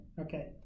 Okay